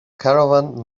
caravan